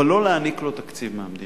אבל לא להעניק לו תקציב מהמדינה,